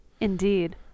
Indeed